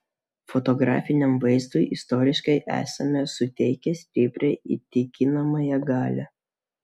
fotografiniam vaizdui istoriškai esame suteikę stiprią įtikinamąją galią